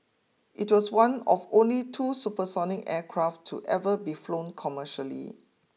it was one of only two supersonic aircraft to ever be flown commercially